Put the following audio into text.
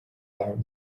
are